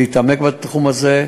להתעמק בתחום הזה,